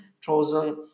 chosen